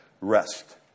rest